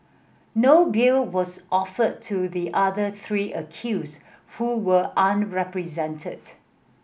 no bill was offered to the other three accused who were unrepresented